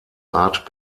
art